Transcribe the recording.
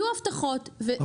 זאת אומרת היו הבטחות, הפרו .